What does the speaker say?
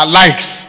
likes